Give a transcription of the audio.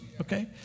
okay